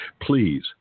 Please